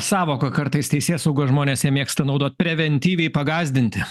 sąvoka kartais teisėsaugos žmonės jie mėgsta naudot preventyviai pagąsdinti